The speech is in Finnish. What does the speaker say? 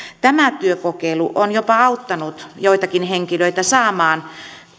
tämä työkokeilu on jopa auttanut joitakin henkilöitä saamaan